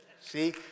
see